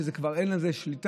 כשכבר אין על זה שליטה,